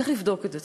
צריך לבדוק את זה.